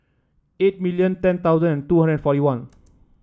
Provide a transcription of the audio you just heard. eight million ten thousand and two hundred forty one